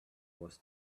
was